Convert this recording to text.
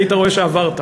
היית רואה שעברת.